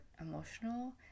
emotional